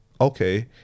okay